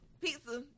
pizza